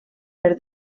per